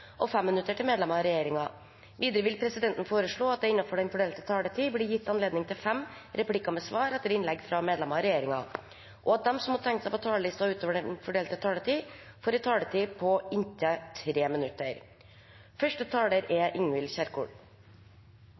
inntil fem replikker med svar etter innlegg fra medlemmer av regjeringen, og at de som måtte tegne seg på talerlisten utover den fordelte taletid, får en taletid på inntil 3 minutter. – Det anses vedtatt. Første taler er